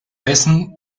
dessen